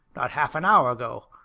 not half an hour ago.